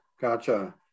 Gotcha